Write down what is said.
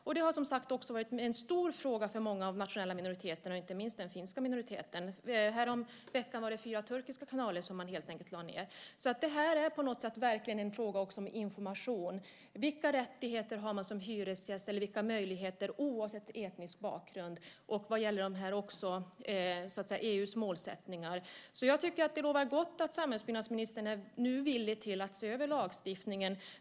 Det här har som sagt varit en stor fråga för många av de nationella minoriteterna, inte minst den finska minoriteten. Häromveckan var det fyra turkiska kanaler som helt enkelt lades ned. Det här är verkligen också en fråga om information om vilka rättigheter eller möjligheter man har som hyresgäst oavsett etnisk bakgrund och information om EU:s målsättningar. Jag tycker att det bådar gott att samhällsbyggnadsministern nu är villig att se över lagstiftningen.